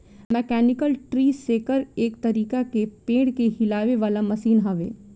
mechanical tree shaker एक तरीका के पेड़ के हिलावे वाला मशीन हवे